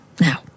Now